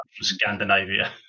Scandinavia